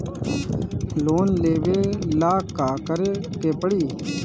Loan लेवे ला का करे के पड़ी?